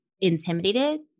intimidated